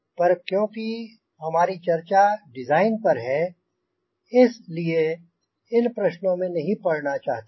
पर क्योंकि हमारी चर्चा डिज़ाइन पर है इस लिए इन प्रश्नों में नहीं पड़ना चाहता हूँ